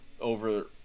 over